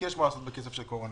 כי יש מה לעשות בכסף של קורונה.